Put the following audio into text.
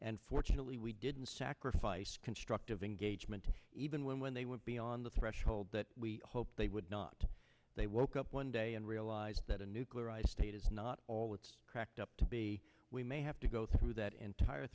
and fortunately we didn't sacrifice a constructive engagement even when they went beyond the threshold that we hoped they would not they woke up one day and realize that a nuclear state is not all it's cracked up to be we may have to go through that entire